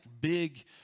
big